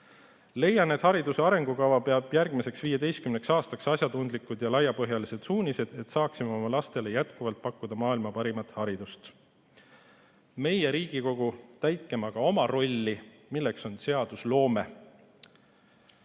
Leian, et hariduse arengukava peab järgmiseks 15 aastaks [andma] asjatundlikud ja laiapõhjalised suunised, et saaksime oma lastele jätkuvalt pakkuda maailma parimat haridust. Meie, Riigikogu, täitkem aga oma rolli, milleks on seadusloome.